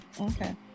Okay